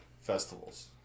festivals